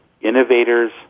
innovators